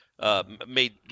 made